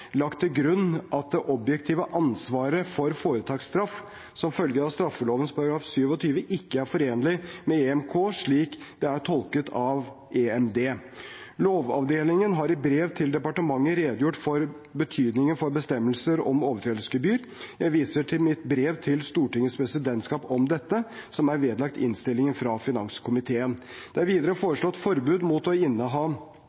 lagt til grunn at det objektive ansvaret for foretaksstraff som følge av straffeloven § 27 ikke er forenlig med EMK, slik det er tolket av EMD. Lovavdelingen har i brev til departementet redegjort for betydningen for bestemmelser om overtredelsesgebyr. Jeg viser til mitt brev til Stortingets presidentskap om dette, som er vedlagt innstillingen fra finanskomiteen. Det er videre